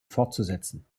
fortzusetzen